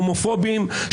הומופובים,